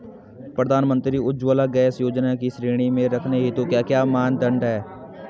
प्रधानमंत्री उज्जवला गैस योजना की श्रेणी में रखने हेतु क्या क्या मानदंड है?